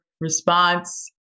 response